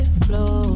flow